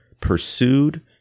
pursued